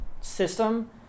system